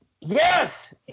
Yes